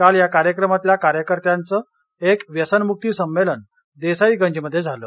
काल या कार्यक्रमातल्या कार्यकर्त्यांचं एक व्यसनमुक्ती सम्मेलन देसाईगंजमध्ये झालं